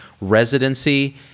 residency